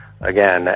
again